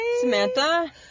Samantha